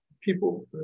people